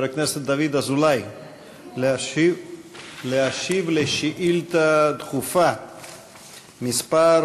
הכנסת דוד אזולאי להשיב על שאילתה דחופה מס'